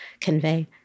convey